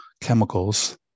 chemicals